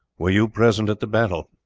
were you present at the battle?